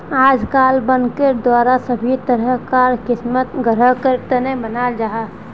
आजकल बनकर द्वारा सभी तरह कार क़िस्त ग्राहकेर तने बनाल जाहा